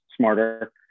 smarter